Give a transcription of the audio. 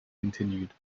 continued